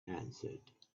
answered